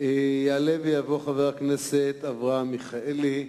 יעלה ויבוא חבר הכנסת אברהם מיכאלי,